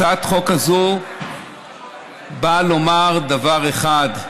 הצעת החוק הזאת באה לומר דבר אחד: